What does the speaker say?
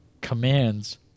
commands